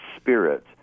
spirit